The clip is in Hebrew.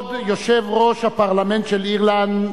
כבוד יושב-ראש הפרלמנט של אירלנד,